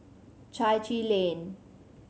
Chai Chee Lane